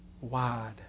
wide